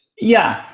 yeah,